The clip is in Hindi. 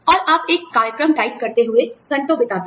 और आप एक कार्यक्रम टाइप करते हुए घंटों बिताते हैं